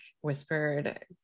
whispered